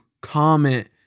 comment